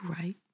right